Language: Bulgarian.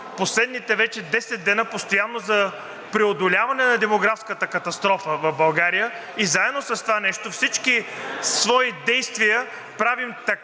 последните 10 дни постоянно за преодоляване на демографската катастрофа в България и заедно с това нещо с всички свои действия правим така,